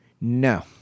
No